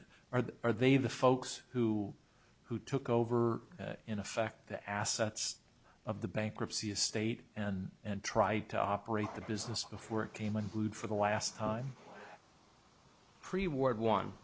it or are they the folks who who took over in effect the assets of the bankruptcy estate and and tried to operate the business before it came unglued for the last time pre war one